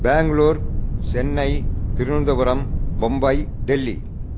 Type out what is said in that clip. Bangalore Chennai Thiruvananthapuram Mumbai Delhi